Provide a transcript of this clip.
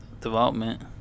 Development